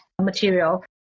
material